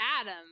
Adam